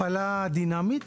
הפעלה דינמית,